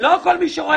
לא כל מי שרואה